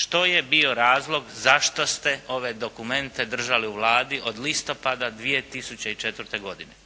Što je bio razlog zašto ste ove dokumente držali u Vladi od listopada 2004. godine?